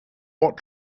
what